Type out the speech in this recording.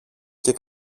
και